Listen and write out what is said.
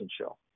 show